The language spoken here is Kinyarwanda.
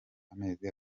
amezi